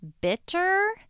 bitter